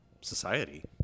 society